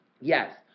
Yes